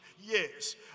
yes